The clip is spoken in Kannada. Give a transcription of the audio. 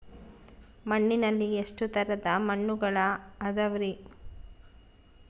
ಮಣ್ಣಿನಲ್ಲಿ ಎಷ್ಟು ತರದ ಮಣ್ಣುಗಳ ಅದವರಿ?